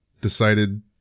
decided